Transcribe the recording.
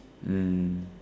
mm